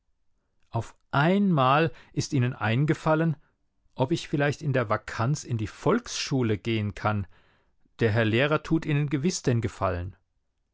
auf einmal ist ihnen eingefallen ob ich vielleicht in der vakanz in die volksschule gehen kann der herr lehrer tut ihnen gewiß den gefallen